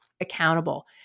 accountable